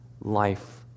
life